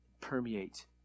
permeate